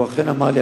והוא אכן אמר לי.